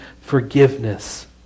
forgiveness